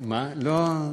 לא.